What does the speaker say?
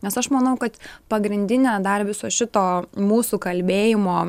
nes aš manau kad pagrindinė dar viso šito mūsų kalbėjimo